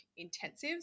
intensives